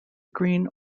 green